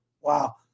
Wow